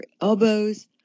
elbows